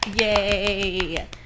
Yay